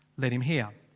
let him hear.